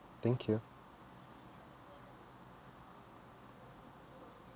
thank you